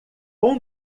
com